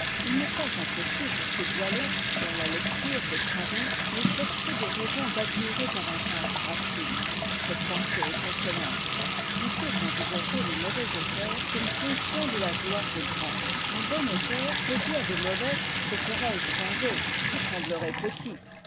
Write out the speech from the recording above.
il n'est pas impossible que boileau dans la lecture des pradon n'ait cherché des raisons d'admirer davantage racine cette pensée est consolante on peut envisager les mauvais auteurs comme fonction de la gloire des grands un bon auteur peut dire des mauvais que serais-je sans eux je semblerais petit